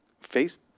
face